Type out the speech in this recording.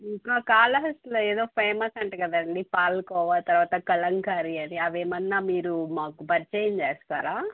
కాళహస్తిలో ఏదో ఫేమస్ అంటా కదా అండి పాలకోవా తర్వాత కలంకారీ అది అది ఏమన్నా మీరు మాకు పరిచయం చేస్తారా